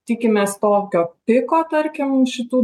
tikimės tokio piko tarkim šitų